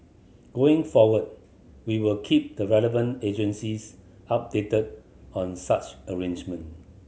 going forward we will keep the relevant agencies updated on such arrangement